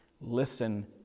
Listen